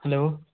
hello